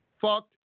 Fucked